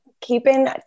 keeping